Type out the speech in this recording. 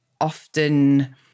often